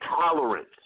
tolerance